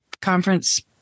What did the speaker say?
conference